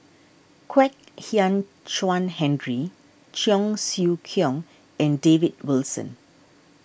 Kwek Hian Chuan Henry Cheong Siew Keong and David Wilson